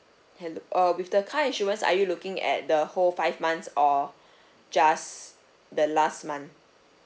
hell~ err with the car insurance are you looking at the whole five months or just the last month